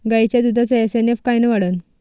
गायीच्या दुधाचा एस.एन.एफ कायनं वाढन?